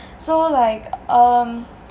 so like um